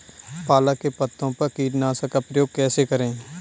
पालक के पत्तों पर कीटनाशक का प्रयोग कैसे करें?